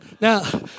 Now